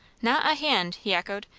not a hand! he echoed.